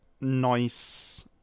nice